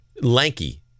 Lanky